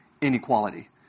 inequality